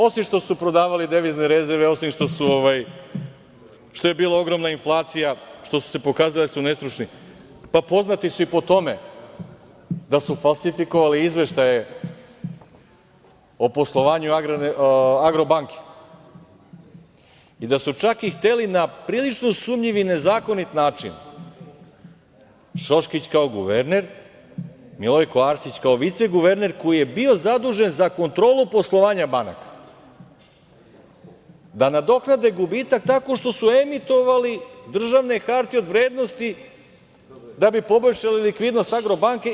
Osim što su prodavali devizne rezerve, osim što je bila ogromna inflacija, što su se pokazali da su nestručni, pa poznati su po tome da su falsifikovali izveštaje o poslovanju „Agrobanke“ i da su čak hteli na prilično sumnjiv i nezakonit način, Šoškić kao guverner, Milojko Arsić kao viceguverner koji je bio zadužen za kontrolu poslovanja banaka da nadoknade gubitak tako što su emitovali državne hartije od vrednosti da bi poboljšali likvidnost „Agrobanke“